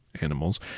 animals